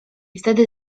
wtedy